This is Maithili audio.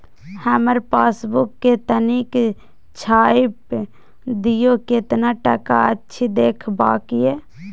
हमर पासबुक के तनिक छाय्प दियो, केतना टका अछि देखबाक ये?